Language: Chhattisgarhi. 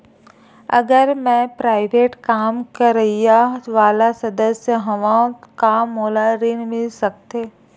अगर मैं प्राइवेट काम करइया वाला सदस्य हावव का मोला ऋण मिल सकथे?